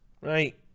Right